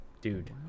Dude